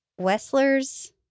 Wessler's